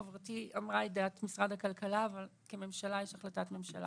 חברתי אמרה את דעת משרד הכלכלה אבל כממשלה יש החלטת ממשלה.